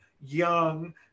young